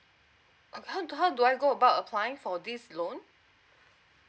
how do how do I go about applying for this loan